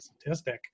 statistic